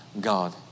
God